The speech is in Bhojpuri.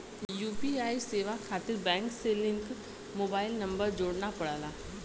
यू.पी.आई सेवा खातिर बैंक से लिंक मोबाइल नंबर जोड़ना पड़ला